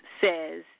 says